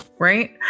Right